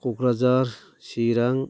Kokrajhar Chirang